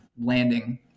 landing